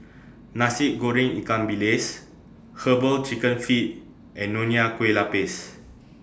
Nasi Goreng Ikan Bilis Herbal Chicken Feet and Nonya Kueh Lapis